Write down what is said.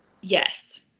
yes